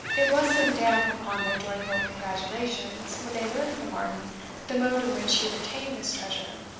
it was some damp upon their joyful congratulations when they learned from martin the mode in which he had obtained this treasure,